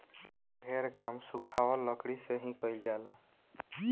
ढेर काम सुखावल लकड़ी से ही कईल जाला